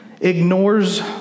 ignores